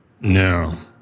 No